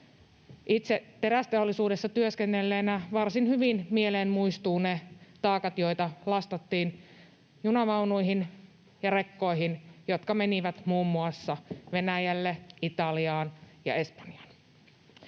Itse terästeollisuudessa työskennelleenä varsin hyvin mieleen muistuvat ne taakat, joita lastattiin junanvaunuihin ja rekkoihin, jotka menivät muun muassa Venäjälle, Italiaan ja Espanjaan.